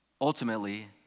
ultimately